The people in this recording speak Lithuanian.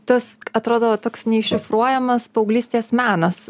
tas atrodo va toks neiššifruojamas paauglystės menas